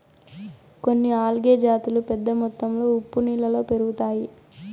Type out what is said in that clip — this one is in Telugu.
కొన్ని ఆల్గే జాతులు పెద్ద మొత్తంలో ఉప్పు నీళ్ళలో పెరుగుతాయి